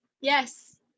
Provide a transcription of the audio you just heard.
yes